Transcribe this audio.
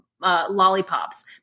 lollipops